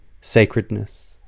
sacredness